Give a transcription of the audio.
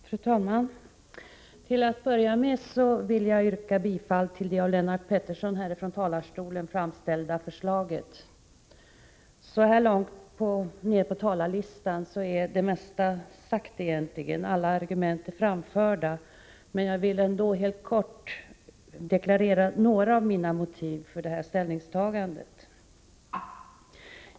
Fru talman! Jag ber till att börja med att få yrka bifall till Lennart Petterssons här från talarstolen framställda förslag. När vi har kommit så här långt ned på talarlistan är det mesta egentligen sagt. Alla argument är framförda. Men jag vill ändå helt kort deklarera några av motiven för mitt ställningstagande.